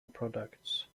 products